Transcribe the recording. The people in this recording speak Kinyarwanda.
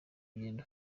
ugenda